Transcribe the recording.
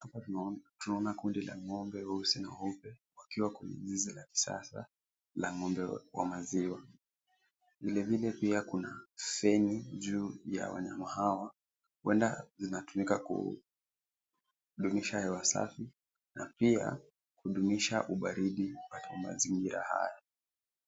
Tunaona kundi la ng'ombe weusi na weupe wakiwa kwenye zizi la kisasa la ng'ombe wa maziwa. Vilevile pia kuna senyi juu ya wanyama hawa huenda zinatumika kudumisha hewa safi na pia kudumisha ubaridi katika mazingira haya.